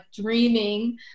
dreaming